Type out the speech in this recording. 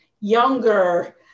younger